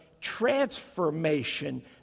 transformation